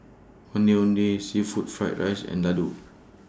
Ondeh Ondeh Seafood Fried Rice and Laddu